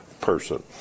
person